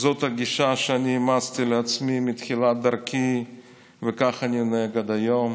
זאת הגישה שאני אימצתי לעצמי מתחילת דרכי וכך אני נוהג עד היום.